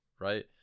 right